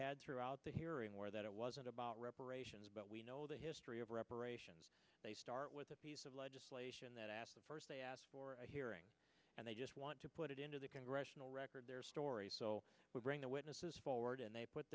had throughout the hearing where that it wasn't about reparations but we know the history of reparations they start with a piece of legislation that asked first they asked for a hearing and they just want to put it into the congressional record their stories so we bring the witnesses forward and they put